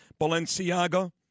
Balenciaga